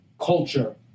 culture